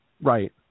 Right